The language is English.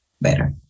better